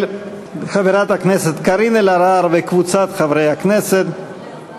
של חברת הכנסת קארין אלהרר וקבוצת חברי הכנסת,